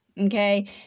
Okay